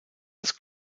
das